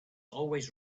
always